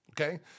okay